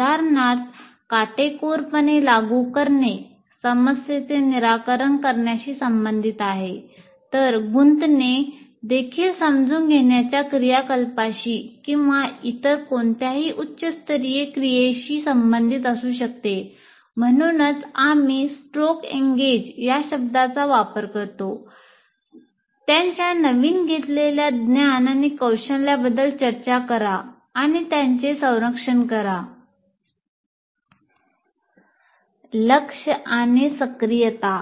उदाहरणार्थ काटेकोरपणे लागू करणे समस्येचे निराकरण करण्याशी संबंधित आहे तर गुंतणे देखील समजून घेण्याच्या क्रियाकलापांशी किंवा इतर कोणत्याही उच्च स्तरीय क्रियेशी संबंधित असू शकते लक्ष आणि सक्रियता